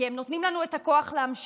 כי הם נותנים לנו את הכוח להמשיך,